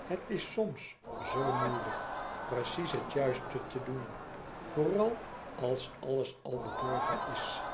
het is soms zoo moeilijk precies het juiste te doen vooral als alles al bedorven is